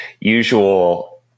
usual